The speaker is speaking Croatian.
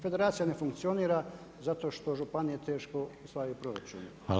Federacija ne funkcionira zato što županije teško ostvaruju proračun.